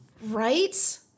Right